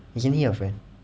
isn't he your friend